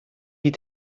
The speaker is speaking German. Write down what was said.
die